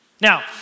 Now